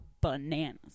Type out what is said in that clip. bananas